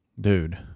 dude